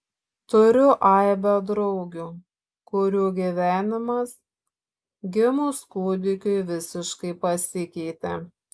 turiu aibę draugių kurių gyvenimas gimus kūdikiui visiškai pasikeitė